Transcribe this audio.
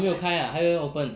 还没有开 ah 还没有 open